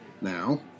Now